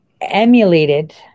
emulated